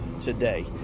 today